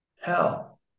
hell